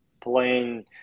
playing